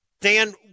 Dan